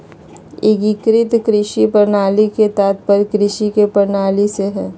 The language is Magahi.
एग्रीकृत कृषि प्रणाली के तात्पर्य कृषि के प्रणाली से हइ